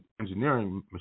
engineering